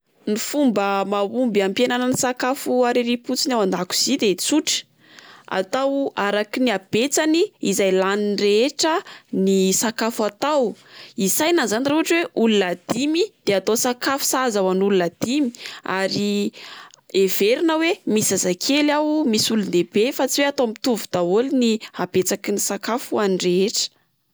Ny fomba mahomby ampihenana ny sakafo ariariam-potsiny ao an-dakozia de tsotra: atao araky ny abetsany izay lanin'ny rehetra ny sakafo atao, isaina zany raha ohatra oe olona dimy de atao sakafo sahaza ho an'ny olona dimy ary heverina oe misy zazakely ao misy olon-ndehibe fa tsy oe atao mitovy daholy ny abetsaky ny sakafo ho an'ny rehetra.